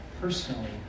personally